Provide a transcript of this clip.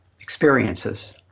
experiences